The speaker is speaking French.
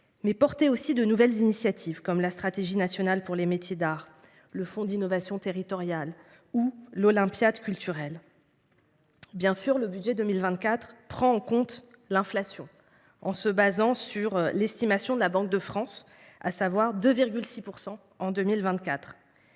de soutenir de nouvelles initiatives, comme la stratégie nationale en faveur des métiers d’art, le fonds d’innovation territoriale ou l’olympiade culturelle. Bien entendu, le budget pour 2024 prend en compte l’inflation, en se fondant sur l’estimation de la Banque de France, à savoir une